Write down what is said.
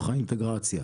עקרוני.